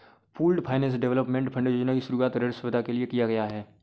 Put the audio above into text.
pooled finance development fund योजना की शुरूआत ऋण सुविधा के लिए किया गया है